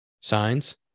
signs